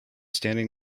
standing